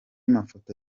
mafoto